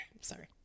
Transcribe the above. Sorry